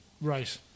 Right